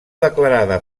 declarada